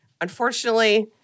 Unfortunately